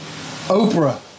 Oprah